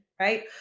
Right